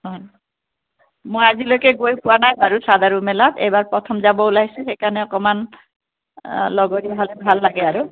অঁ মই আজিলৈকে গৈ পোৱা নাই বাৰু সাধাৰু মেলাত এইবাৰ প্ৰথম যাব ওলাইছোঁ সেইকাৰণে অকণমান লগৰীয়া হ'লে ভাল লাগে আৰু